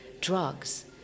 drugs